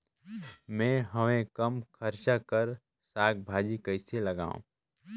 मैं हवे कम खर्च कर साग भाजी कइसे लगाव?